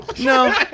No